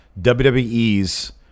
WWE's